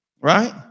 Right